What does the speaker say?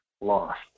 Lost